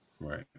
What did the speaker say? Right